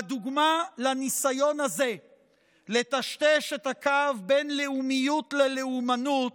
והדוגמה לניסיון הזה לטשטש את הקו בין לאומיות ללאומנות,